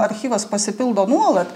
archyvas pasipildo nuolat